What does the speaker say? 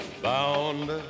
Bound